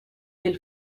del